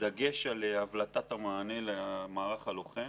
בדגש על הבלטת המענה למערך הלוחם.